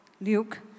Luke